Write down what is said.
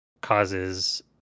causes